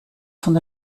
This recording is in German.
von